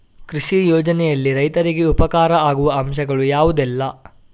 ಕೃಷಿ ಯೋಜನೆಯಲ್ಲಿ ರೈತರಿಗೆ ಉಪಕಾರ ಆಗುವ ಅಂಶಗಳು ಯಾವುದೆಲ್ಲ?